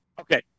Okay